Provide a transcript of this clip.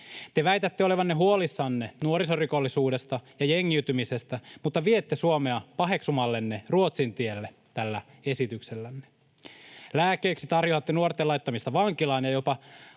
Te väitätte olevanne huolissanne nuorisorikollisuudesta ja jengiytymisestä mutta viette Suomea paheksumallenne Ruotsin tielle tällä esityksellänne. Lääkkeeksi tarjoatte nuorten laittamista vankilaan, ja jopa